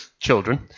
children